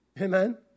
Amen